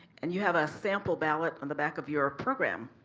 and you have a sample ballot in the back of your program.